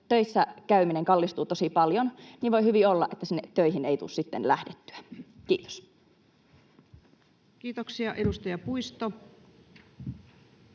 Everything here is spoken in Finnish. jos töissä käyminen kallistuu tosi paljon, niin voi hyvin olla, että sinne töihin ei tule sitten lähdettyä. — Kiitos. Kiitoksia. — Edustaja Puisto.